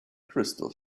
crystal